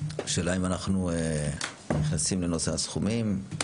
השאלה אם אנחנו נכנסים לנושא הסכומים.